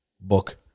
book